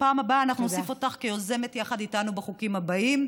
בפעם הבאה נוסיף אותך כיוזמת יחד איתנו בחוקים הבאים,